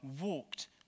walked